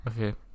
Okay